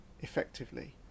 effectively